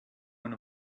one